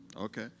Okay